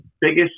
biggest